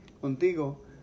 contigo